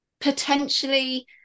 potentially